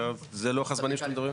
זה לוח הזמנים שאתם מדברים עליו?